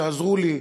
שעזרו לי,